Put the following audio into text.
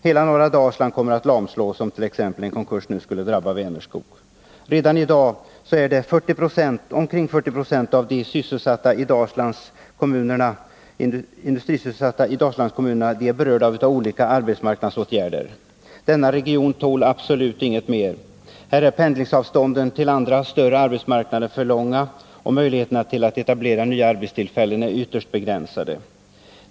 Hela norra Dalsland kommer att lamslås om t.ex. en konkurs nu skulle drabba Vänerskog. Redan i dag är omkring 40 26 av de industrisysselsatta i Dalslandskommunerna berörda av olika arbetsmarknadsåtgärder. Denna region tål absolut inget mer. Här är pendlingsavstånden till andra större arbetsmarknader för långa och möjligheterna att etablera nya arbetstillfällen är ytterst begränsade.